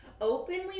openly